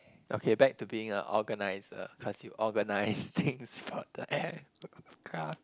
okay back to being a organiser cause you organise things for the air craft